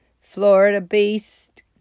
Florida-based